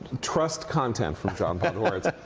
trust content from john podhoretz.